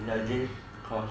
like james cause